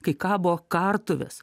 kai kabo kartuvės